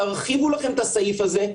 תרחיבו לכם את הסעיף הזה,